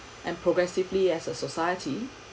and progressively as a society